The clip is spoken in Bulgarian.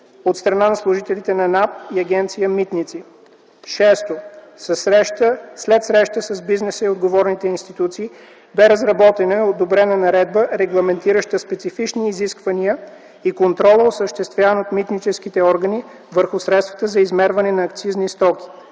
от страна на служителите на НАП и Агенция „Митници”. Шесто, след среща с бизнеса и отговорните институции бе разработена и одобрена наредба, регламентираща специфични изисквания и контрола, осъществяван от митническите органи върху средствата за измерване на акцизни стоки.